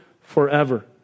forever